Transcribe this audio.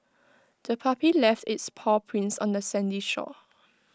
the puppy left its paw prints on the sandy shore